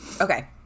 Okay